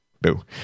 boo